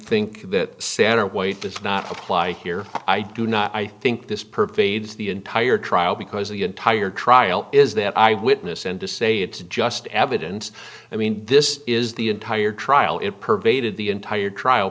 think that satterwhite does not apply here i do not i think this pervades the entire trial because the entire trial is that eye witness and to say it's just evidence i mean this is the entire trial it pervaded the entire trial